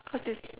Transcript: cos is